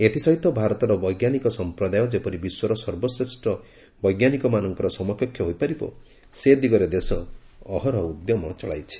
ଏଥିସହିତ ଭାରତର ବୈଜ୍ଞାନିକ ସମ୍ପ୍ରଦାୟ ଯେପରି ବିଶ୍ୱର ସର୍ବଶ୍ଚେଷ୍ଠ ବୈଜ୍ଞାନିକମାନଙ୍କର ସମକକ୍ଷ ହୋଇପାରିବ ସେ ଦିଗରେ ଦେଶ ଅହରହ ଉଦ୍ୟମ ଚଳାଇଛି